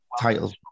title